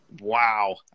Wow